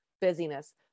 busyness